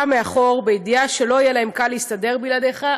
מאחור בידיעה שלא יהיה להם קל להסתדר בלעדיך,